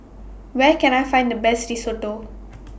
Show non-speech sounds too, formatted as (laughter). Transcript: Where Can I Find The Best Risotto (noise)